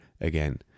again